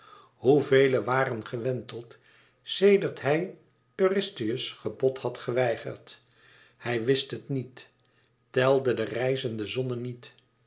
vele waren gewenteld sedert hij eurystheus gebod had geweigerd hij wist het niet telde de rijzende zonnen niet